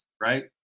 right